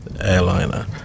airliner